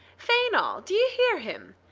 fainall, d'ye hear him?